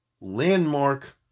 landmark